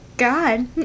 god